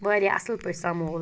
وارِیاہ اَصٕل پٲٹھۍ سَمول مےٚ